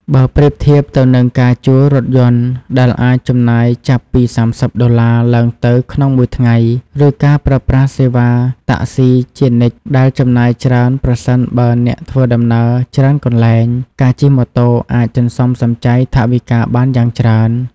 បើប្រៀបធៀបទៅនឹងការជួលរថយន្ត ដែលអាចចំណាយចាប់ពី ៣០ ដុល្លារឡើងទៅក្នុងមួយថ្ងៃ ឬការប្រើប្រាស់សេវាតាក់ស៊ីជានិច្ច ដែលចំណាយច្រើនប្រសិនបើអ្នកធ្វើដំណើរច្រើនកន្លែង ការជិះម៉ូតូអាច សន្សំសំចៃថវិកាបានយ៉ាងច្រើន។